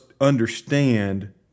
understand